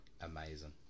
amazing